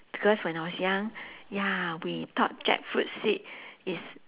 because when I was young ya we thought jackfruit seed is